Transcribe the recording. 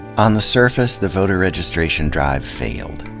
on the surface, the voter registration drive failed.